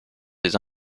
des